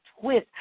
twist